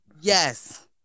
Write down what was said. Yes